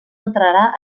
entrarà